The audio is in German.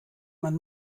man